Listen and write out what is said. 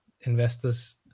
investors